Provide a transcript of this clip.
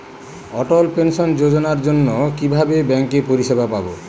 অটল pension যোজনার জন্য কিভাবে ব্যাঙ্কে পরিষেবা পাবো?